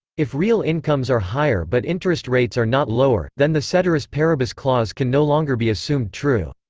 if real incomes are higher but interest rates are not lower, then the ceteris paribus clause can no longer be assumed true.